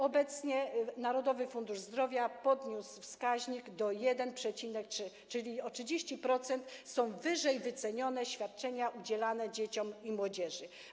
Obecnie Narodowy Fundusz Zdrowia podniósł wskaźnik do 1,3, czyli o 30% są wyżej wycenione świadczenia udzielane dzieciom i młodzieży.